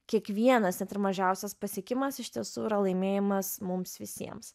kiekvienas net ir mažiausias pasiekimas iš tiesų yra laimėjimas mums visiems